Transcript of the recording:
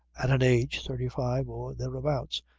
at an age, thirty-five or thereabouts,